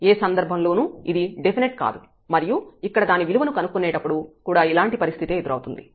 ఏ సందర్భంలోనూ ఇది డెఫినిట్ కాదు మరియు ఇక్కడ దాని విలువను కనుక్కునేటప్పుడు కూడా ఇలాంటి పరిస్థితే ఎదురవుతుంది